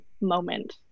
moment